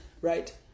Right